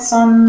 on